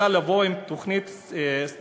אלא לבוא עם תוכנית סדורה.